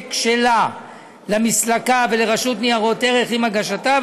העתק שלה למסלקה ולרשות ניירות ערך עם הגשתה,